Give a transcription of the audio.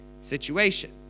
situation